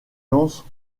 lance